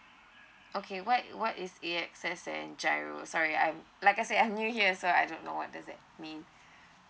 okay what what is A_X_S and G_I_R_O sorry I'm like I say I new here so I don't know what does that mean